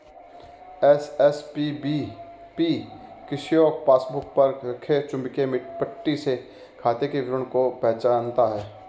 SSPBP kiosk passbook पर रखे चुंबकीय पट्टी से खाते के विवरण को पहचानता है